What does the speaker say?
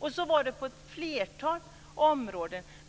om. Så var det på ett flertal områden.